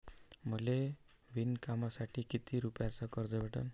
मले विणकामासाठी किती रुपयानं कर्ज भेटन?